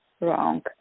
wrong